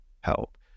help